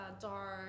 dark